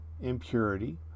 impurity